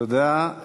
תודה.